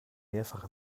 mehrfach